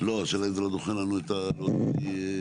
לתשומת לבכם,